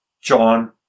John